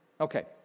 Okay